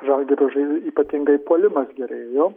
žalgirio žai ypatingai puolimas gerėjo